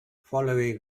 following